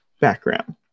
background